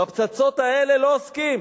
בפצצות האלה לא עוסקים.